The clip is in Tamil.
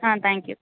ah thank you